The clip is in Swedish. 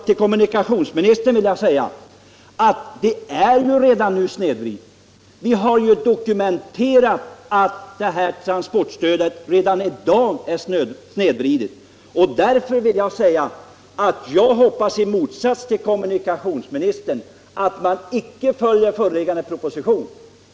Till kommunikationsministern vill jag säga att vi ju har dokumenterat att transportstödet redan i dag är snedvridet. Därför hoppas jag i motsats till kommunikationsministern att man icke följer föreliggande proposition.